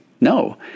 No